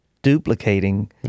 duplicating